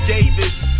Davis